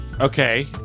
Okay